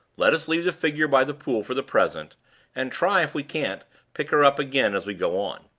let us leave the figure by the pool for the present and try if we can't pick her up again as we go on.